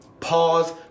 Pause